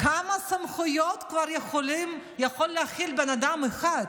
כמה סמכויות כבר יכול להכיל בן אדם אחד.